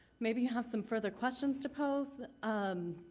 maybe you have some further questions to post. um,